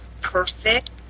perfect